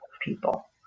people